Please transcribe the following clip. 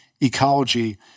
Ecology